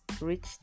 reach